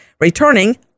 returning